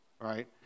right